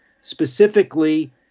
specifically